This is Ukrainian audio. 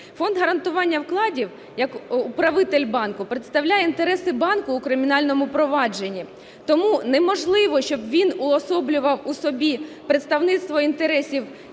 Фонд гарантування вкладів як управитель банку представляє інтереси банку у кримінальному провадженні. Тому неможливо, щоб він уособлював у собі представництво інтересів